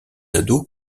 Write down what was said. ados